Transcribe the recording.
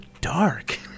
dark